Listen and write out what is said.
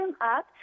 up